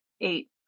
eight